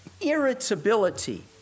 irritability